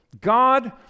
God